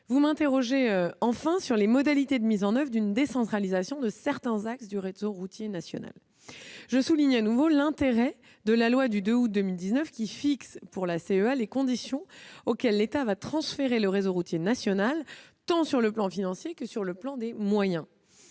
Vous m'interrogez enfin sur les modalités de mise en oeuvre d'une décentralisation de certains axes du réseau routier national. Je souligne à nouveau l'intérêt de la loi du 2 août 2019 qui fixe pour la CEA les conditions auxquelles l'État va transférer le réseau routier national, tant sur le plan financier que sur celui des moyens.